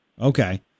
Okay